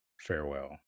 farewell